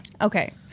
Okay